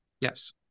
Yes